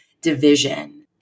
division